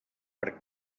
per